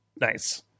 Nice